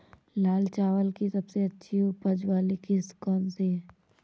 लाल चावल की सबसे अच्छी उपज वाली किश्त कौन सी है?